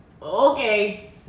Okay